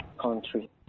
country